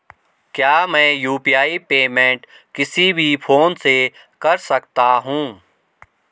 क्या मैं UPI payment किसी भी फोन से कर सकता हूँ?